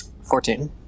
Fourteen